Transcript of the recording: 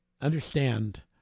understand